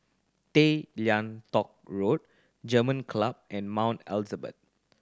Tay Lian Teck Road German Club and Mount Elizabeth